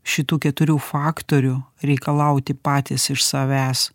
šitų keturių faktorių reikalauti patys iš savęs